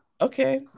Okay